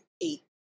eight